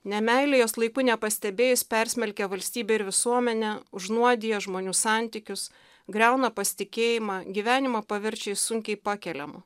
nemeilė jos laiku nepastebėjus persmelkia valstybę ir visuomenę užnuodija žmonių santykius griauna pasitikėjimą gyvenimą paverčia sunkiai pakeliamu